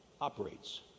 operates